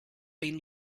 been